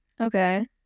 okay